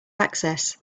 access